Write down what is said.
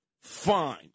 Fine